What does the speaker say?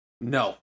No